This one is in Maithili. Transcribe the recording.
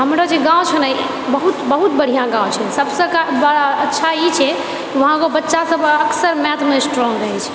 हमरो जे गाँव छैने बहुत बहुत बढ़िआँ गाँव छै सबसे बड़ा अच्छा ई छै वहाँपर बच्चा सब अक्सर मैथमे स्ट्रोंग रहैछे